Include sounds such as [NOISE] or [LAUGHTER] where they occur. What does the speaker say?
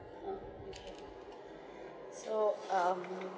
!huh! okay [BREATH] so um